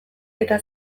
eta